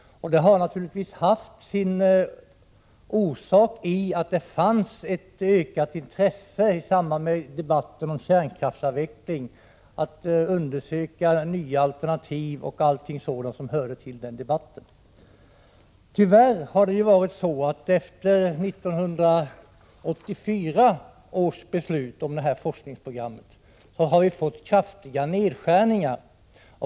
Orsaken har naturligtvis varit att det funnits ett ökat intresse i samband med debatten om kärnkraftsavvecklingen att undersöka nya alternativ m.m. Tyvärr har vi efter 1984 års beslut om detta forskningsprogram fått kraftiga nedskärningar.